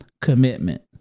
Commitment